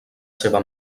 seva